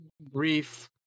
brief